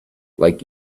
like